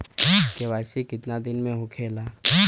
KYC कितना दिन में होले?